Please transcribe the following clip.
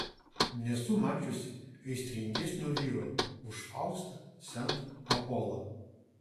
nesu mačiusi aistringesnio vyro už faustą sent apolą